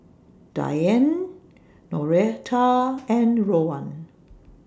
Dionne Noreta and Rowan